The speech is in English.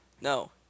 No